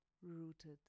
Rooted